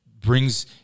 brings